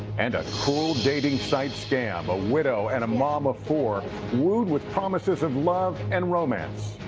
and cool dating site scam. a widow and mom of four wooed with promises of love and romance.